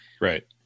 Right